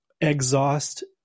exhaust